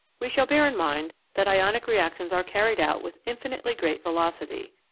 we shall bear in mind that ionic reactions are carried out with infinitely great velocity.